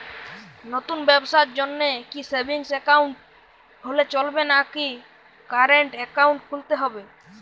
নতুন ব্যবসার জন্যে কি সেভিংস একাউন্ট হলে চলবে নাকি কারেন্ট একাউন্ট খুলতে হবে?